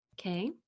Okay